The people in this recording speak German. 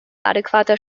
adäquater